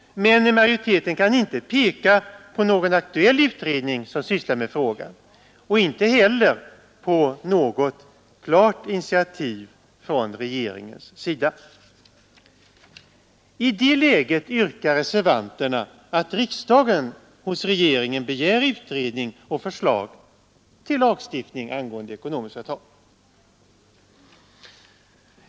Men majoriteten kan inte peka på någon aktuell utredning som sysslar med frågan och inte heller på något klart initiativ från regeringens sida. I det läget yrkar reservanterna att riksdagen skall hos regeringen begära utredning och förslag till lagstiftning angående ekonomiskt förtal.